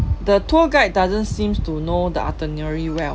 the tour guide doesn't seems to know the itinerary well